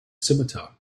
scimitar